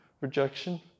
rejection